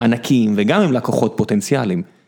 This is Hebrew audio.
ענקיים וגם הם לקוחות פוטנציאלים.